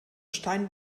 stein